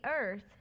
earth